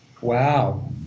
Wow